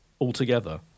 altogether